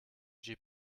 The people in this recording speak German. den